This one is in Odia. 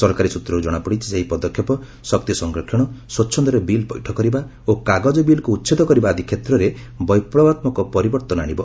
ସରକାରୀ ସୂତ୍ରରୁ ଜଣାପଡ଼ିଛି ଯେ ଏହି ପଦକ୍ଷେପ ଶକ୍ତି ସଂରକ୍ଷଣ ସ୍ପଚ୍ଛନ୍ଦରେ ବିଲ୍ ପଇଠ କରିବା ଓ କାଗଜ ବିଲ୍କୁ ଉଚ୍ଛେଦ କରିବା ଆଦି କ୍ଷେତ୍ରରେ ବୈପ୍ଲବାତ୍ମକ ପରିବର୍ତ୍ତନ ଆଶିବ